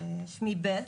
שמי בת.